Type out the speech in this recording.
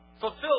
fulfill